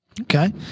okay